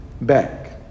back